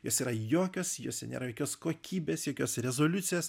jos yra jokios jose nėra jokios kokybės jokios rezoliucijos